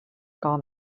gone